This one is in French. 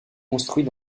construits